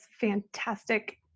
fantastic